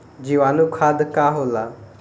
जीवाणु खाद का होला?